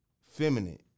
feminine